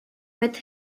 with